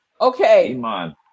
okay